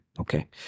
Okay